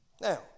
Now